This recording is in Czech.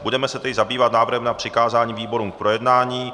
Budeme se tedy zabývat návrhem na přikázání výborům k projednání.